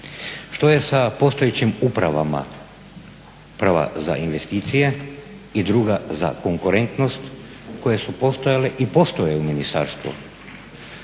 Što je sa postojećim upravama, uprava za investicije i druga za konkurentnost koje su postojale i postoje u ministarstvu?